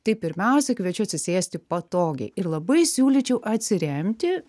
tai pirmiausia kviečiu atsisėsti patogiai ir labai siūlyčiau atsiremti